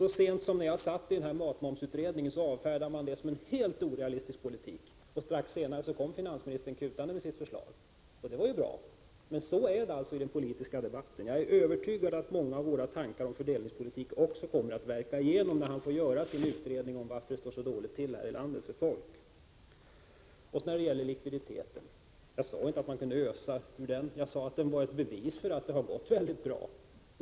Så sent som när jag satt i matmomsutredningen avfärdades detta förslag som helt orealistiskt, och strax efteråt kom finansministern springande med sitt förslag. Det var ju bra, men så går det alltså till i politiken. Jag är övertygad om att många av våra tankar om fördelningspolitiken också kommer att gå igenom när finansministern får göra sin utredning om anledningen till att det står så illa till i landet för folk. När det gäller likviditeten sade jag inte att man kunde ösa ur den, utan jag sade att den var ett bevis för att det har gått mycket bra.